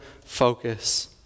focus